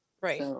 right